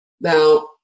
Now